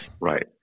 Right